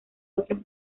otros